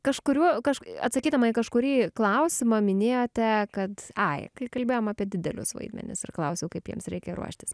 kažkuriuo kašk atsakydama į kažkurį klausimą minėjote kad ai kai kalbėjome apie didelius vaidmenis ir klausiau kaip jiems reikia ruoštis